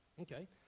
Okay